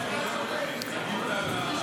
כי קוראים לך ביטון.